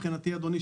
אדוני,